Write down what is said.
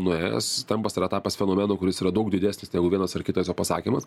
nuėjęs trampas yra tapęs fenomenu kuris yra daug didesnis negu vienas ar kitas jo pasakymas